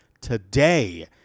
today